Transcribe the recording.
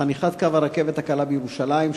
בחניכת קו הרכבת הקלה בירושלים,